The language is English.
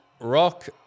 Rock